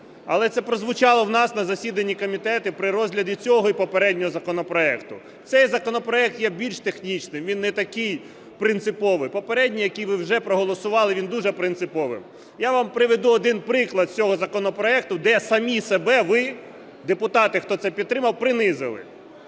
Але це прозвучало в нас на засіданні комітету при розгляді цього і попереднього законопроекту. Цей законопроект є більш технічним, він не такий принциповий. Попередній, який ви вже проголосували, він дуже принциповий. Я вам приведу один приклад з цього законопроекту, де самі себе, ви, депутати, хто це підтримав, принизили.